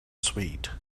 sweet